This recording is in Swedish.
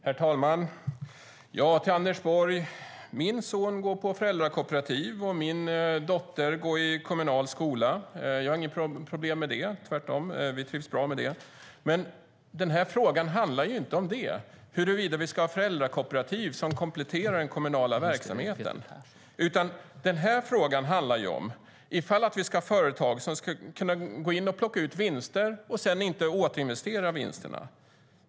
Herr talman! Till Anders Borg: Min son går på föräldrakooperativ, och min dotter går i kommunal skola. Jag har inget problem med det, tvärtom. Vi trivs bra med det. Men den här frågan handlar inte om huruvida vi ska ha föräldrakooperativ som kompletterar den kommunala verksamheten, utan frågan handlar om ifall vi ska ha företag som ska kunna gå in och plocka ut vinster och sedan inte återinvestera vinsterna.